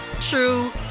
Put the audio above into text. true